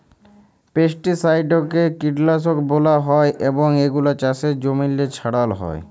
পেস্টিসাইডকে কীটলাসক ব্যলা হ্যয় এবং এগুলা চাষের জমিল্লে ছড়াল হ্যয়